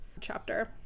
chapter